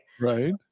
Right